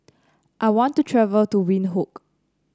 I want to travel to Windhoek